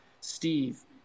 Steve